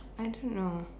I don't know